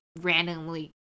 randomly